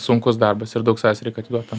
sunkus darbas ir daug savęs reik atiduot ten